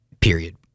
Period